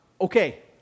okay